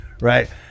right